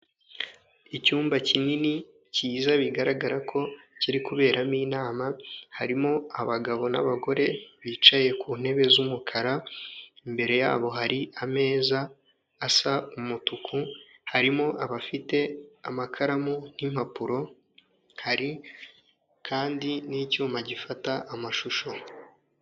Icyumba kinini cyiza bigaragara ko kiri kuberamo inama harimo abagabo, n'abagore bicaye ku ntebe z'umukara imbere yabo hari ameza asa umutuku harimo abafite amakaramu n'impapuro, hari kandi n'icyuma gifata amashusho.